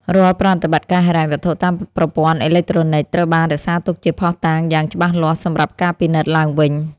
រាល់ប្រតិបត្តិការហិរញ្ញវត្ថុតាមប្រព័ន្ធអេឡិចត្រូនិកត្រូវបានរក្សាទុកជាភស្តតាងយ៉ាងច្បាស់លាស់សម្រាប់ការពិនិត្យឡើងវិញ។